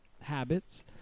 habits